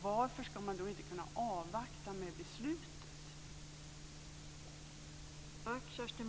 Varför ska man då inte kunna avvakta med beslutet?